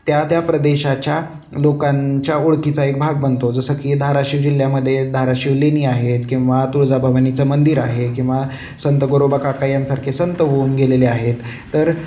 त्या त्या प्रदेशाच्या लोकांच्या ओळखीचा एक भाग बनतो जसं की धाराशिव जिल्ह्यामध्ये धाराशिव लेणी आहेत किंवा तुळजाभवानीचं मंदिर आहे किंवा संत गोरोबाकाका यांसारखे संत होऊन गेलेले आहेत तर